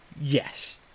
Yes